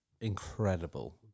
incredible